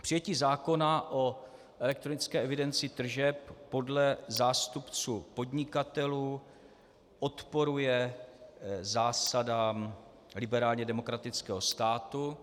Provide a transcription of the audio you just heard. Přijetí zákona o elektronické evidenci tržeb podle zástupců podnikatelů odporuje zásadám liberálně demokratického státu.